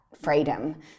freedom